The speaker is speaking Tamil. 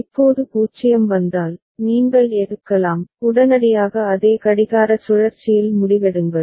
இப்போது 0 வந்தால் நீங்கள் எடுக்கலாம் உடனடியாக அதே கடிகார சுழற்சியில் முடிவெடுங்கள்